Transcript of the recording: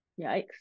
Yikes